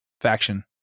faction